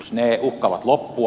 ne uhkaavat loppua